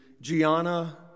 Gianna